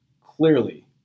Clearly